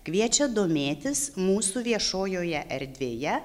kviečia domėtis mūsų viešojoje erdvėje